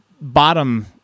bottom